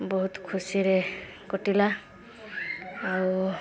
ବହୁତ ଖୁସିରେ କଟିଲା ଆଉ